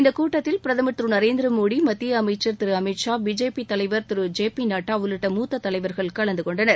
இந்த கூட்டத்தில் பிரதம் திரு நரேந்திர மோடி மத்திய அமைச்ச் Thiru Amit Shah B J P தலைவர் திரு ஜெ பி நட்டா உள்ளிட்ட மூத்தத் தலைவர்கள் கலந்து கொண்டனர்